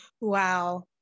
Wow